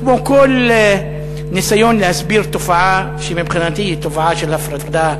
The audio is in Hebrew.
כמו כל ניסיון להסביר תופעה שמבחינתי היא תופעה של הפרדה,